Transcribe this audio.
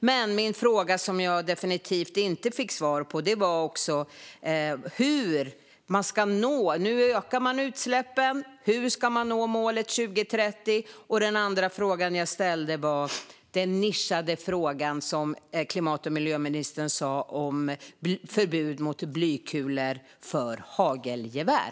Men en annan fråga som jag definitivt inte fick svar på var hur man, nu när man ökar utsläppen, ska nå målet 2030. Den andra fråga jag ställde var den, som klimat och miljöministern sa, nischade frågan om förbud mot blykulor för hagelgevär.